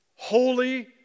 Holy